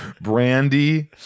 Brandy